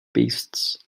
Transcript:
beasts